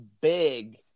big